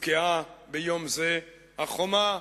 הובקעה ביום זה החומה,